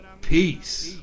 Peace